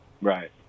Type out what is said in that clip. Right